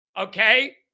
Okay